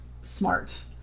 smart